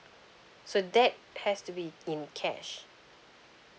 so that has to be in cash